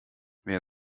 wer